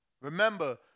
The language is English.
Remember